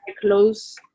close